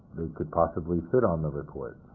could possibly sit on the report.